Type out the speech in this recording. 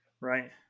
Right